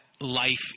life